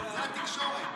זו התקשורת.